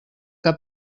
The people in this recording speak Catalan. que